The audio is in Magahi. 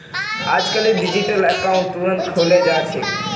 अजकालित डिजिटल अकाउंट तुरंत खुले जा छेक